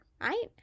right